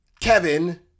Kevin